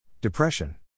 Depression